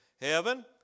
heaven